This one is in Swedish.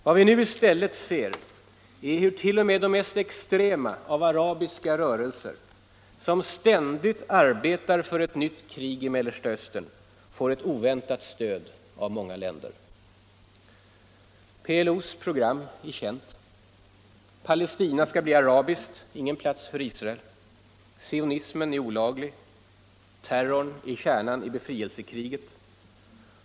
Vad vi nu i stället ser är hur t.o.m. de mest extrema av arabiska rörelser, som ständigt arbetar för ett nytt krig i Mellersta Östern, får ett oväntat stöd av många länder. PLO:s program är känt. Palestina skall bli arabiskt — ingen plats för Israel. Sionismen är olaglig. Terrorn är kärnan i befrielsekriget.